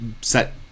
set